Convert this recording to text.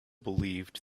believed